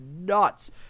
nuts